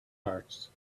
parts